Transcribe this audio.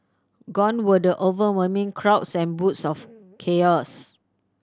gone were the overwhelming crowds and bouts of chaos